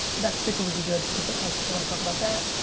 that sticker would be good cause i wanna talk about that.